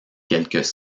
quelques